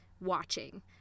watching